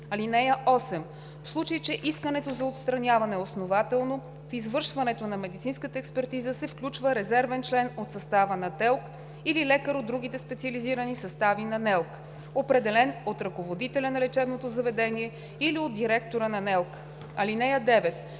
му. (8) В случай че искането за отстраняване е основателно, в извършването на медицинска експертиза се включва резервен член от състава на ТЕЛК или лекар от другите специализирани състави на НЕЛК, определен от ръководителя на лечебното заведение или от директора на НЕЛК. (9)